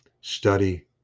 Study